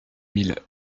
mille